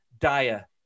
Dire